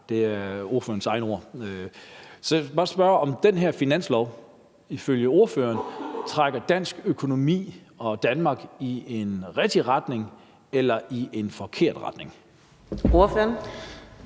Det er ordførerens egne ord. Så jeg vil bare spørge, om den her finanslov ifølge ordføreren trækker dansk økonomi og Danmark i en rigtig retning eller i en forkert retning.